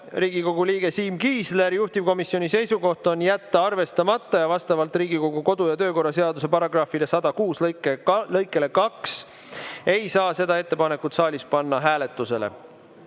Riigikogu liige Siim Kiisler, juhtivkomisjoni seisukoht on jätta arvestamata ja vastavalt Riigikogu kodu‑ ja töökorra seaduse § 106 lõikele 2 ei saa seda ettepanekut saalis panna hääletusele.